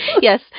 Yes